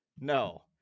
No